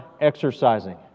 exercising